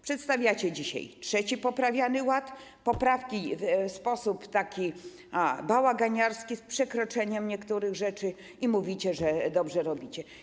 Przedstawiacie dzisiaj trzeci, poprawiany ład, poprawki w sposób bałaganiarski, z przekroczeniem niektórych rzeczy i mówicie, że dobrze robicie.